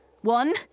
One